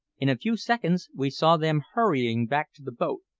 in a few seconds we saw them hurrying back to the boat,